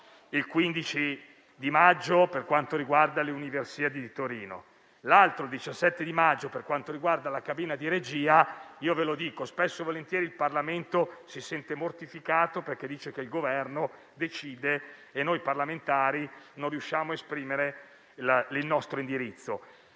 il 15 maggio e riguarda le Universiadi di Torino; l'altra è il 17 maggio e riguarda la cabina di regia. Spesso e volentieri il Parlamento si sente mortificato, perché sostiene che il Governo decide e noi parlamentari non riusciamo a esprimere il nostro indirizzo.